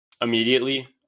immediately